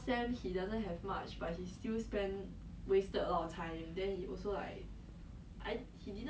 I think okay leh 他的那个 music mod he got a [what]